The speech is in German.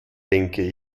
denke